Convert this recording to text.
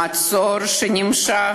המצור נמשך